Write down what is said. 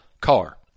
car